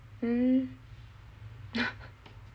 mm